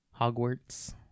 Hogwarts